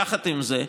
יחד עם זה,